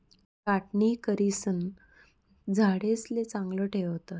छाटणी करिसन झाडेसले चांगलं ठेवतस